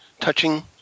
touching